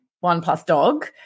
one-plus-dog